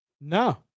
No